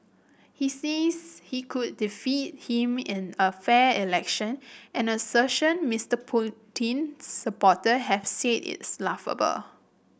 he says he could defeat him in a fair election an assertion Mister Putin's supporter have said is laughable